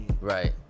Right